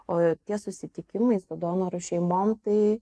o tie susitikimai su donorų šeimom tai